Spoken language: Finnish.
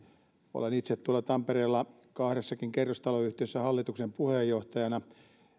olen itse tuolla tampereella kahdessakin kerrostaloyhtiössä hallituksen puheenjohtajana